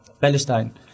Palestine